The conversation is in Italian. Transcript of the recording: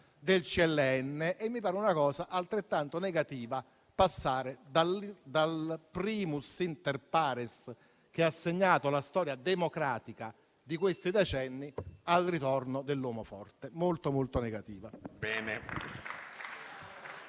del CLN e mi pare una cosa altrettanto negativa passare dal *primus inter pares* che ha segnato la storia democratica di questi decenni, al ritorno dell'uomo forte. Molto, molto negativa.